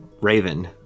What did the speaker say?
Raven